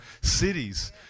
cities